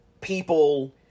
people